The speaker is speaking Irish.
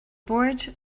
bord